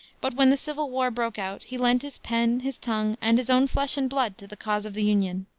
but when the civil war broke out he lent his pen, his tongue, and his own flesh and blood to the cause of the union.